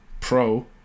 Pro